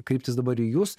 kryptis dabar jus